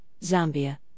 Zambia